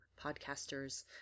podcasters